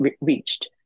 reached